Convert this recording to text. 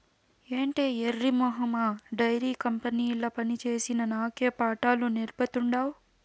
ఏటే ఎర్రి మొహమా డైరీ కంపెనీల పనిచేసిన నాకే పాఠాలు నేర్పతాండావ్